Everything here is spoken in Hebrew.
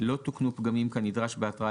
49ב.(א)לא תוקנו פגמים כנדרש בהתראה